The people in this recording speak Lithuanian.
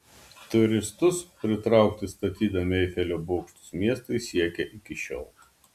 turistus pritraukti statydami eifelio bokštus miestai siekia iki šiol